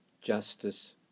justice